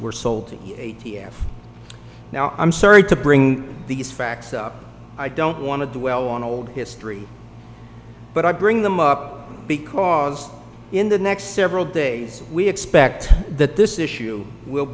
f now i'm sorry to bring these facts up i don't want to dwell on old history but i bring them up because in the next several days we expect that this issue will